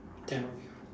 tell